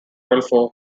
model